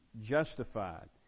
justified